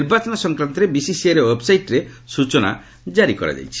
ନିର୍ବାଚନ ସଂକ୍ରାନ୍ତରେ ବିସିସିଆଇର ୱେବ୍ସାଇଟ୍ରେ ସ୍ଟୁଚନା ଜାରି କରାଯାଇଛି